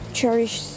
cherish